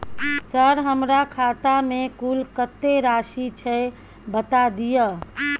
Sir हमरा खाता में कुल कत्ते राशि छै बता दिय?